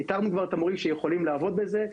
איתרנו כבר את המורים שיכולים לעבוד בזה.